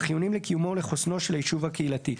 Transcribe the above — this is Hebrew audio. החיוניים לקיומו ולחוסנו של היישוב הקהילתי.